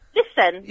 listen